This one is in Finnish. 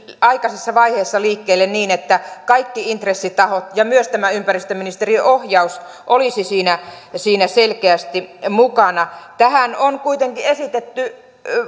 aikaisessa vaiheessa liikkeelle niin että kaikki intressitahot ja myös tämä ympäristöministeriöohjaus olisivat siinä selkeästi mukana tähän on kuitenkin esitetty